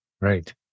Right